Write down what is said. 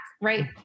right